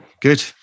good